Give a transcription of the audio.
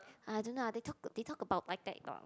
ah I don't know ah they talk they talk about like that ah